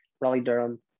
Raleigh-Durham